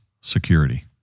security